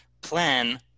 plan